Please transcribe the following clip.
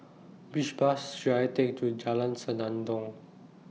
Which Bus should I Take to Jalan Senandong